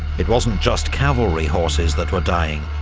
it wasn't just cavalry horses that were dying,